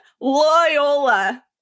Loyola